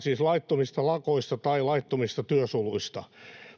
siis laittomista lakoista tai laittomista työsuluista.